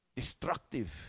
destructive